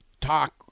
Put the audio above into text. talk